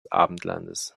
abendlandes